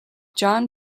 john